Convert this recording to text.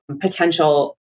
potential